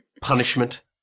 punishment